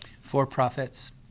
for-profits